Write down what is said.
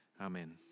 Amen